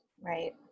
Right